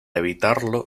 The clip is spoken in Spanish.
evitarlo